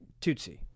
Tutsi